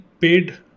paid